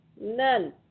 None